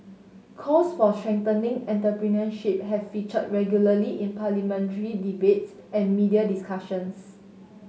calls for strengthening entrepreneurship have featured regularly in parliamentary debates and media discussions